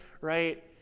right